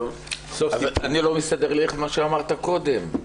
לא מסתדר לי מה שאמרת קודם,